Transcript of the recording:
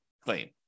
claim